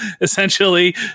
essentially